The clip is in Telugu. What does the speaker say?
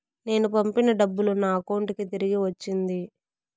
నేను పంపిన డబ్బులు నా అకౌంటు కి తిరిగి వచ్చింది